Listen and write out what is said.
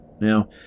Now